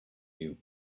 you